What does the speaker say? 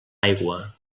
aigua